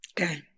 Okay